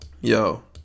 Yo